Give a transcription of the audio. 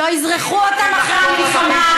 לא אזרחו אותם אחרי המלחמה.